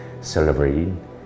celebrating